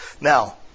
Now